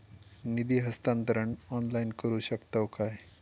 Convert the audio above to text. निधी हस्तांतरण ऑनलाइन करू शकतव काय?